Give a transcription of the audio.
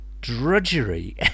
drudgery